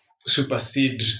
supersede